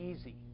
easy